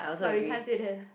but we can't say that